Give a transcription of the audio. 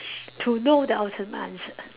to know the ultimate answer